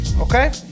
okay